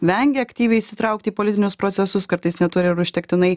vengia aktyviai įsitraukti į politinius procesus kartais neturi ir užtektinai